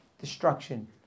Destruction